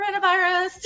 coronavirus